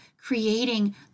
creating